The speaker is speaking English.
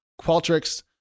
Qualtrics